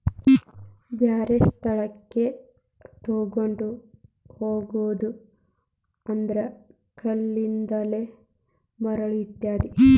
ಬ್ಯಾರೆ ಸ್ಥಳಕ್ಕ ತುಗೊಂಡ ಹೊಗುದು ಅಂದ್ರ ಕಲ್ಲಿದ್ದಲ, ಮರಳ ಇತ್ಯಾದಿ